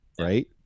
right